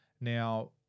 Now